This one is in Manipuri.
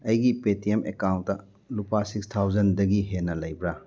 ꯑꯩꯒꯤ ꯄꯦ ꯇꯤ ꯑꯦꯝ ꯑꯦꯀꯥꯎꯟꯇ ꯂꯨꯄꯥ ꯁꯤꯛꯁ ꯊꯥꯎꯖꯟꯗꯒꯤ ꯍꯦꯟꯅ ꯂꯩꯕ꯭ꯔꯥ